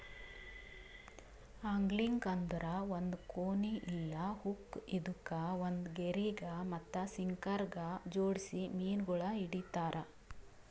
angling ಅಂದುರ್ ಒಂದ್ ಕೋನಿ ಇಲ್ಲಾ ಹುಕ್ ಇದುಕ್ ಒಂದ್ ಗೆರಿಗ್ ಮತ್ತ ಸಿಂಕರಗ್ ಜೋಡಿಸಿ ಮೀನಗೊಳ್ ಹಿಡಿತಾರ್